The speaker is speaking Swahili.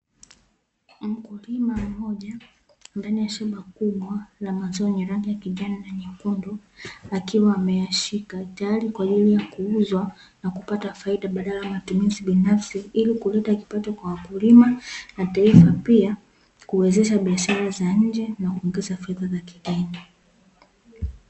Mkulima mmoja ndani ya shamba kubwa la mazao yenye rangi ya kijani na nyekundu akiwa ameyashika, tayari kwa ajili ya kuuzwa na kupata faida badala ya matumizi binafsi, ili kuleta kipato kwa wakulima na taifa, pia kuwezesha biashara za nje na kuongeza fedha za kigeni.